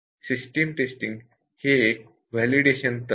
system testing हे एक validation तंत्र आहे